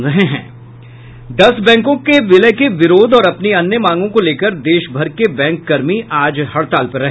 दस बैंकों के विलय के विरोध और अपनी अन्य मांगों को लेकर देश भर के बैंक कर्मी आज हड़ताल पर रहे